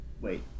wait